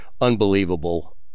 unbelievable